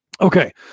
Okay